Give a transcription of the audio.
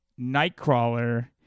Nightcrawler